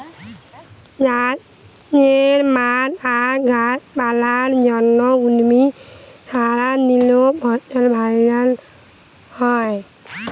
চাষের মাঠে আর গাছ পালার জন্যে, উদ্ভিদে সার দিলে ফসল ভ্যালা হয়